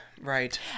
right